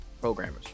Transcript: programmers